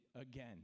again